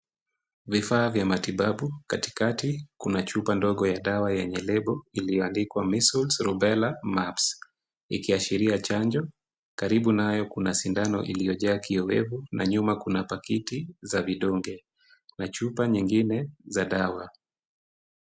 Vifaa vya matibabu, katikakati kuna chupa ndogo ya dawa yenye lebo iliyoandikwa measles rubela mumps ikiashiria chanjo. Karibu nayo kuna shindano iliyojaa kiowevu na nyuma kuna pakiti za vidonge na chupa nyingine za dawa.